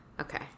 Okay